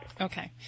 Okay